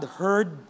heard